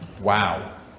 wow